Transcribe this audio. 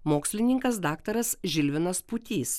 mokslininkas daktaras žilvinas pūtys